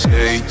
Say